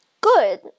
good